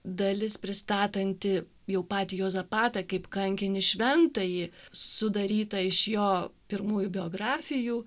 dalis pristatanti jau patį juozapatą kaip kankinį šventąjį sudaryta iš jo pirmųjų biografijų